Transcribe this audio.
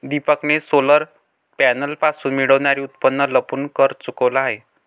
दीपकने सोलर पॅनलपासून मिळणारे उत्पन्न लपवून कर चुकवला आहे